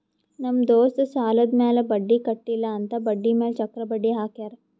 ನಮ್ ದೋಸ್ತ್ ಸಾಲಾದ್ ಮ್ಯಾಲ ಬಡ್ಡಿ ಕಟ್ಟಿಲ್ಲ ಅಂತ್ ಬಡ್ಡಿ ಮ್ಯಾಲ ಚಕ್ರ ಬಡ್ಡಿ ಹಾಕ್ಯಾರ್